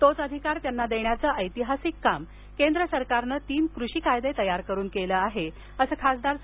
तोच अधिकार त्यांना देण्याचे ऐतिहासीक काम केंद्र सरकारने तीन कृषी कायदे तयार करुन केले आहे असं खासदार डॉ